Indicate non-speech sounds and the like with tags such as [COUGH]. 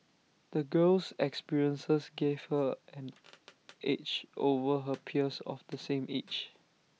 the girl's experiences gave her an [NOISE] edge over her peers of the same age